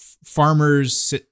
farmer's